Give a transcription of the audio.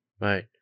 Right